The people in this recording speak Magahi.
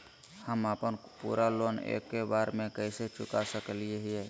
हम अपन पूरा लोन एके बार में कैसे चुका सकई हियई?